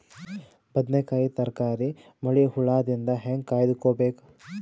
ಬದನೆಕಾಯಿ ತರಕಾರಿ ಮಳಿ ಹುಳಾದಿಂದ ಹೇಂಗ ಕಾಯ್ದುಕೊಬೇಕು?